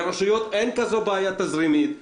לרשויות אין בעיה תזרימית חמורה,